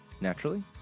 naturally